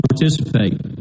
participate